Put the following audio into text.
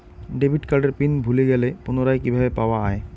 Debit কার্ডের pin ভুলে গেলে পুনরায় কিভাবে পাওয়া য়ায়?